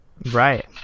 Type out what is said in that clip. Right